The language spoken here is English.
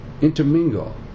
intermingle